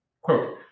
Quote